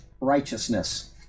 righteousness